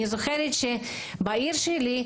אני זוכרת שבעיר שלי,